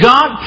God